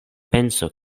penso